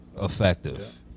effective